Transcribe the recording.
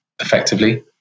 effectively